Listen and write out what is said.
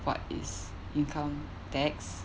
what is income tax